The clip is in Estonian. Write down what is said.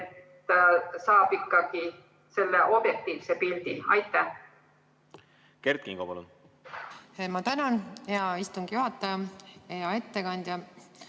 ta saab ikkagi selle objektiivse pildi. Kert Kingo, palun! Ma tänan, hea istungi juhataja! Hea ettekandja!